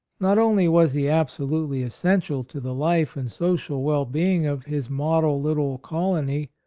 not only was he absolutely essential to the life and social well-being of his model little colony,